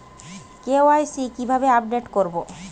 KYC কিভাবে update করব?